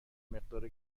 مقدار